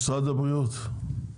משרד הבריאות.